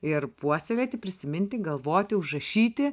ir puoselėti prisiminti galvoti užrašyti